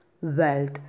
wealth